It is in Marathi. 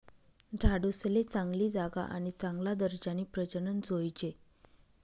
झाडूसले चांगली जागा आणि चांगला दर्जानी प्रजनन जोयजे